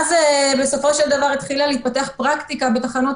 אלא שבסופו של דבר התחילה להתפתח פרקטיקה בתחנות